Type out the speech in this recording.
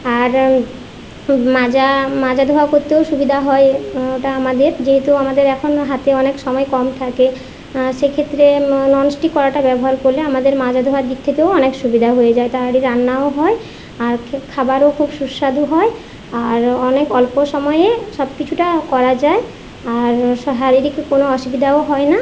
আর মাজা মাজা ধোয়া করতেও সুবিধা হয় ওটা আমাদের যেহেতু আমাদের এখন হাতে অনেক সময় কম থাকে সেক্ষেত্রে নন স্টিক কড়াটা ব্যবহার করলে আমাদের মাজা ধোয়ার দিক থেকেও অনেক সুবিধা হয়ে যায় তাড়াতাড়ি রান্নাও হয় আর খাবারও খুব সুস্বাদু হয় আর অনেক অল্প সময়ে সব কিছুটা করা যায় আর শারীরিক কোনো অসুবিধাও হয় না